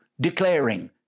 declaring